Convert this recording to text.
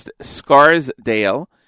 Scarsdale